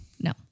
No